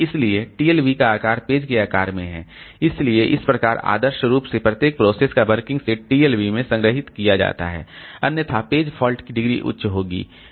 इसलिए TLB का आकार पेज के आकार में है इसलिए इस प्रकार आदर्श रूप से प्रत्येक प्रोसेस का वर्किंग सेट TLB में संग्रहीत किया जाता है अन्यथा पेज फॉल्ट की डिग्री उच्च होगी